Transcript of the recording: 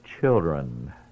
children